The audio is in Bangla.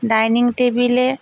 ডাইনিং টেবিলে